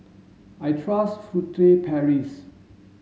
I trust Furtere Paris